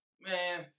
man